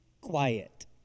quiet